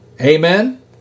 Amen